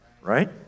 right